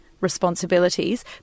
responsibilities